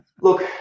Look